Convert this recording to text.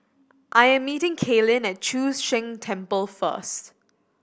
I am meeting Kaelyn at Chu Sheng Temple first